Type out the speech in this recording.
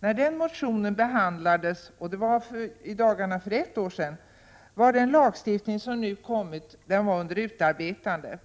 När den motionen behandlades — för ett år sedan — var den lagstiftning som nu har kommit under utarbetande.